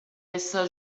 rsa